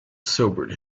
sobered